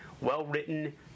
well-written